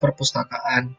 perpustakaan